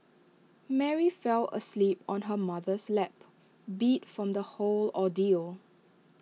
Mary fell asleep on her mother's lap beat from the whole ordeal